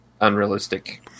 unrealistic